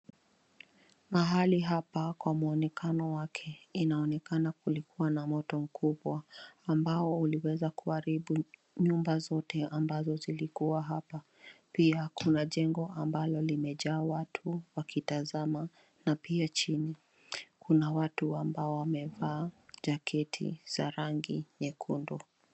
Mahali hapa kwa mwonekano wake inaonekana kuwa kulikuwa na moto mkubwa ambao uliweza kuharibu nyumba zote ambazo zilikuwa hapa. Pia kuna jengo ambalo limejaa watu wakitazama na pia chini kuna watu ambao wamefaa jaketi za rangi nyekundu.